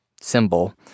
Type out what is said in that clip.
symbol